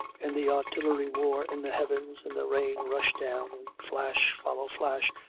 and the artillery war in the heavens, and the rain rush down, and flash follow flash,